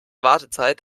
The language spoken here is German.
wartezeit